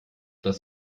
das